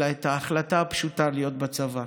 אלא את ההחלטה הפשוטה להיות בצבא.